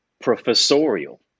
professorial